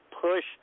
push